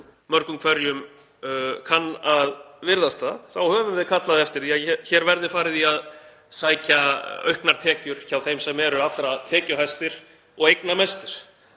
mörgum hverjum kann að virðast það, þá höfum við kallað eftir því að hér verði farið í að sækja auknar tekjur hjá þeim sem eru allra tekjuhæstir og eignamestir,